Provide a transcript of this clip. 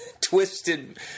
twisted